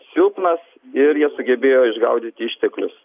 silpnas ir jie sugebėjo išgaudyti išteklius